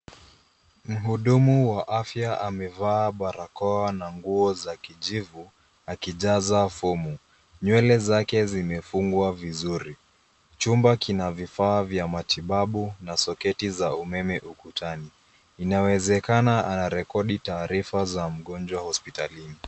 Mhudumu wa afya amevaa barakoa na nguo za kijivu, akijaza fomu. Nywele zake zimefungwa vizuri. Chumba kina vifaa vya matibabu, na soketi za umeme ukutani. Inawezekeza anarekodi taarifa za mgonjwa hospitalini.